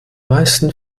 meisten